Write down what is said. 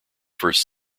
first